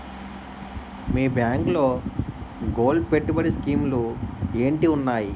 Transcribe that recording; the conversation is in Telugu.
మీ బ్యాంకులో గోల్డ్ పెట్టుబడి స్కీం లు ఏంటి వున్నాయి?